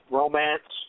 romance